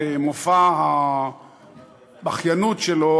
במופע הבכיינות שלו,